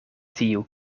tiu